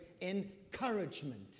encouragement